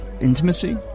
intimacy